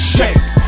Shake